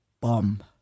bomb